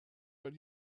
but